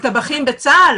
הם טבחים בצה"ל?